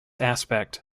aspect